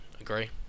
agree